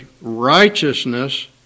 righteousness